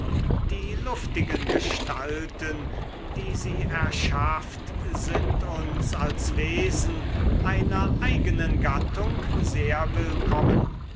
die luftigen gestalten die sie erschafft sind uns als wesen einer eigenen gattung sehr willkommen